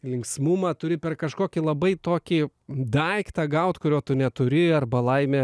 linksmumą turi per kažkokį labai tokį daiktą gaut kurio tu neturi arba laimė